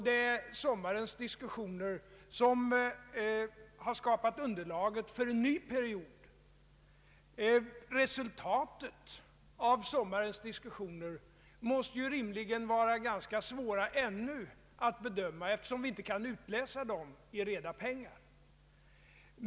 Det är sommarens diskussioner som har skapat underlaget för en ny period. Resultatet av sommarens diskussioner måste rimligen vara ganska svårt att bedöma ännu, eftersom vi inte kan utläsa det i reda pengar.